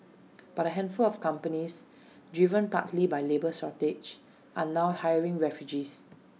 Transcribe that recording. but A handful of companies driven partly by labour shortages are now hiring refugees